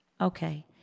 Okay